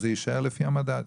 אז זה יישאר לפי המדד.